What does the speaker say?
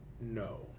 No